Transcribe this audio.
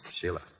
Sheila